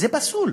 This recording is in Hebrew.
היא פסולה.